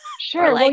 Sure